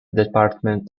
department